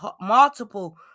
multiple